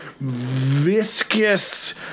viscous